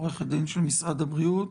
עורכת הדין של משרד הבריאות.